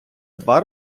два